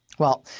well,